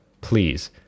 Please